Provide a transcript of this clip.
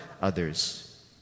others